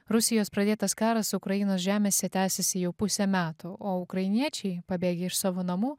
rusijos pradėtas karas ukrainos žemėse tęsiasi jau pusę metų o ukrainiečiai pabėgę iš savo namų